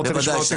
בוודאי.